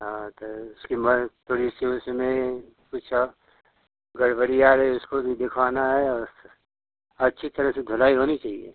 हाँ तो उसकी मर थोड़ी सी उसमें कुछ और गड़बड़ी आ गई उसको भी दिखवाना है और अच्छी तरह से धुलाई होनी चाहिए